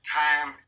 time